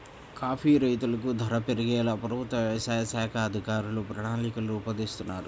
coffee రైతులకు ధర పెరిగేలా ప్రభుత్వ వ్యవసాయ శాఖ అధికారులు ప్రణాళికలు రూపొందిస్తున్నారు